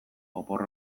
opor